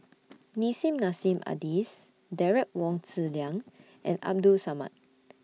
Nissim Nassim Adis Derek Wong Zi Liang and Abdul Samad